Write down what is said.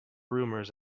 rumours